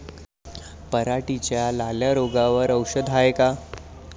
पराटीच्या लाल्या रोगावर औषध हाये का?